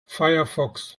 firefox